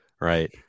Right